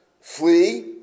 Flee